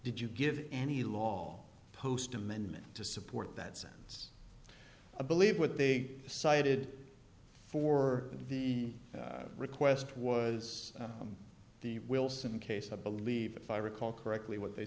did you give any law post amendment to support that sentence i believe what they cited for the request was the wilson case i believe if i recall correctly what they